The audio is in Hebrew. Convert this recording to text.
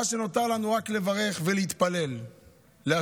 מה שנותר לנו, רק לברך ולהתפלל להשבתם